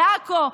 בעכו.